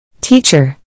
Teacher